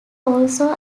also